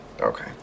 Okay